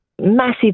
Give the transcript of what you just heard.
massive